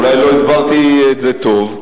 אולי לא הסברתי את זה טוב,